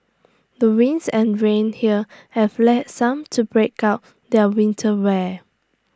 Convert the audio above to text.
the winds and rain here have led some to break out their winter wear